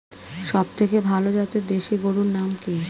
সবথেকে ভালো জাতের দেশি গরুর নাম কি?